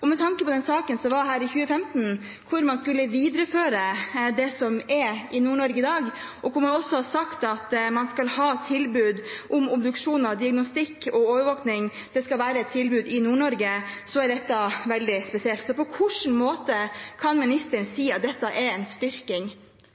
Og med tanke på den saken som var her i 2015, da man vedtok å videreføre det som er i Nord-Norge i dag, og man også sa at man skal ha tilbud om obduksjon, diagnostikk og overvåkning i Nord-Norge, så er dette veldig spesielt. Så på hvilken måte kan ministeren si at dette er en styrking,